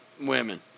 women